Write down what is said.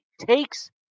takes